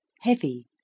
heavy